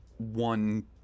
one